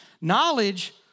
Knowledge